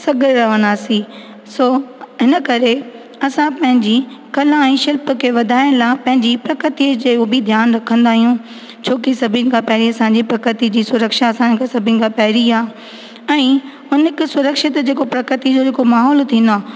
सघे रहंदासीं सो इन करे असां पंहिंजी कला ऐं शिल्प खे वधाइण लाइ पंहिंजी प्रकृतीअ जो बि ध्यानु रखंदा आहियूं छो की सभीनि खां पहिरीं असां जी प्रकृति जी सुरक्षा असां खे सभीनि खां पहिरीं आहे ऐं हिन खे सुरक्षित जेको प्रकृति जो जेको माहौल थींदो आहे